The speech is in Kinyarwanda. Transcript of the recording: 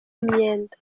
imyenda